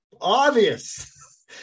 Obvious